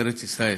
בארץ ישראל,